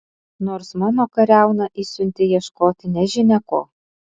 nors mano kariauną išsiuntei ieškoti nežinia ko